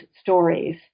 stories